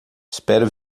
espero